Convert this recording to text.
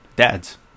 dads